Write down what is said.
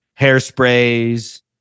hairsprays